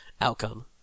outcome